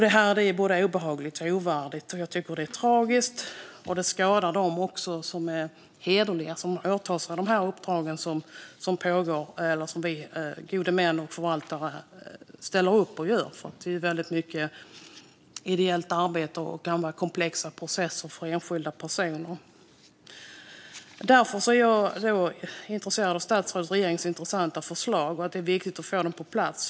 Detta är obehagligt, ovärdigt och tragiskt, och det här skadar hederliga som tar på sig uppdragen som gode män eller förvaltare. Det är fråga om mycket ideellt arbete och andra komplexa processer för enskilda personer. Jag finner regeringens förslag intressant, och det är viktigt att få det på plats.